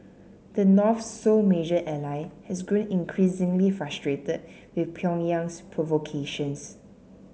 the North's sole major ally has grown increasingly frustrated with Pyongyang's provocations